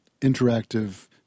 interactive